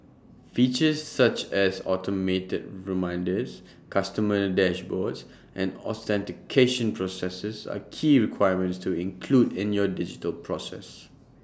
features such as automated reminders customer dashboards and authentication processes are key requirements to include in your digital process